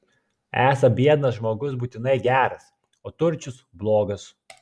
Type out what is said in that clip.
esą biednas žmogus būtinai geras o turčius blogas